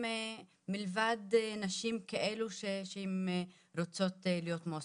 מלבד נשים כאלו שהן רוצות להיות מועסקות.